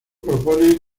propone